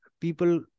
people